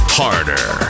harder